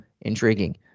intriguing